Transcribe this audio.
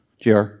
Jr